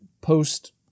post